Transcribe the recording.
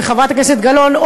וחברת הכנסת גלאון,